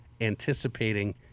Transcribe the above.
anticipating